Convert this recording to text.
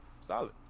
Solid